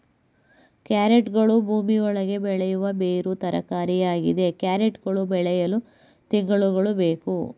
ಕ್ಯಾರೆಟ್ಗಳು ಭೂಮಿ ಒಳಗೆ ಬೆಳೆಯುವ ಬೇರು ತರಕಾರಿಯಾಗಿದೆ ಕ್ಯಾರೆಟ್ ಗಳು ಬೆಳೆಯಲು ತಿಂಗಳುಗಳು ಬೇಕು